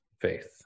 faith